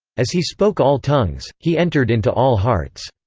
as he spoke all tongues, he entered into all hearts.